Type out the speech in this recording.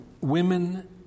women